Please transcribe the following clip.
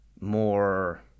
more